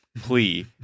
plea